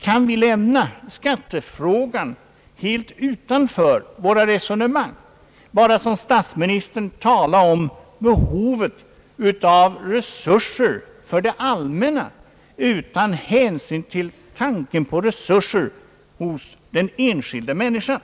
Kan vi lämna skattefrågan helt utanför våra resonemang och bara såsom statsministern tala om behovet av resurser för det allmänna utan hänsyn till tanken på resurser hos den enskilda människan?